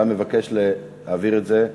אתה מבקש להעביר את זה?